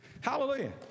Hallelujah